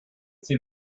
see